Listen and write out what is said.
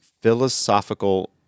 philosophical